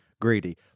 greedy